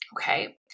Okay